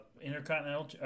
intercontinental